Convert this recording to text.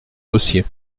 dossier